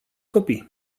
copii